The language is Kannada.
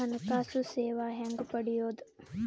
ಹಣಕಾಸು ಸೇವಾ ಹೆಂಗ ಪಡಿಯೊದ?